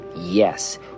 yes